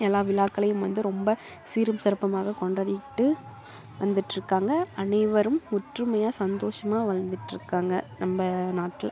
எல்லா விழாக்களையும் வந்து ரொம்ப சீரும் சிறப்புமாக கொண்டாடிட்டு வந்துட்டிருக்காங்க அனைவரும் ஒற்றுமையாக சந்தோஷமாக வாழ்ந்துட்டிருக்காங்க நம்ம நாட்டில்